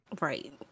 Right